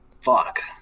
Fuck